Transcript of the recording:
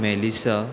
Melissa